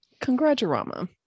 Congratulama